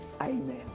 Amen